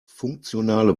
funktionale